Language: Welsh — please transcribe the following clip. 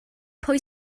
pwy